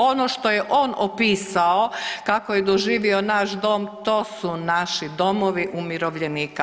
Ono što je on opisao kako je doživio naš dom, to su naši domovi umirovljenika.